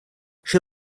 she